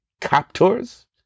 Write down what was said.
captors